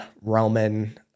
Roman